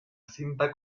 cinta